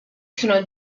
sono